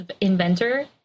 inventor